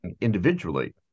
individually